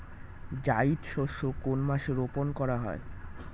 জায়িদ শস্য কোন মাসে রোপণ করা হয়?